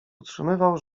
utrzymywał